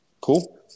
Cool